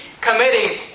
committing